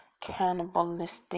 cannibalistic